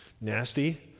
nasty